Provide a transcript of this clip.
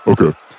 Okay